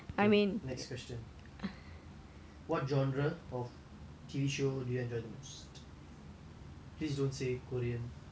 what genre of T_V show do you enjoy the most please don't say korean